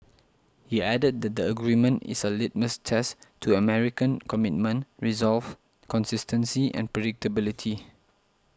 he added that the agreement is a litmus test to American commitment resolve consistency and predictability